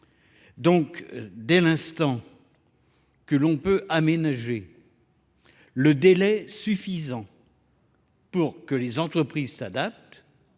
Donc dès l'instant, que l'on peut aménager le délai suffisant pour que les entreprises s'adaptent,